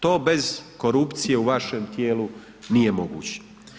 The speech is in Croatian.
To bez korupcije u vašem tijelu nije moguće.